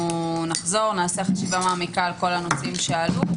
אנחנו נחזור ונעשה חשיבה מעמיקה על כל הנושאים שעלו.